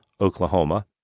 Oklahoma